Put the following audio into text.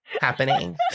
happening